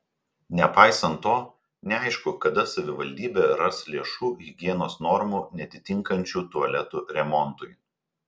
nepaisant to neaišku kada savivaldybė ras lėšų higienos normų neatitinkančių tualetų remontui